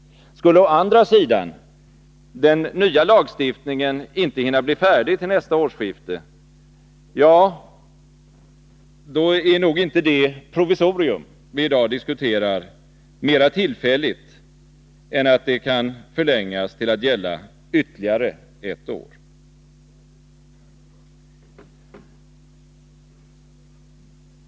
Skulle å andra sidan den nya lagstiftningen inte hinna bli färdig till nästa årsskifte, då är nog inte det provisorium vi i dag diskuterar mera tillfälligt än att det kan förlängas till att gälla ytterligare ett år.